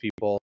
people